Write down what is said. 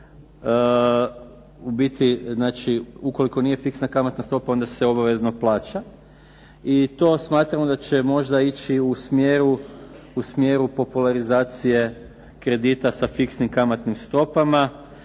ubiti znači ukoliko nije fiksna kamatna stopa onda se obavezno plaća i to smatramo da će možda ići u smjeru popularizacije kredita sa fiksnim kamatnim stopama